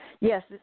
Yes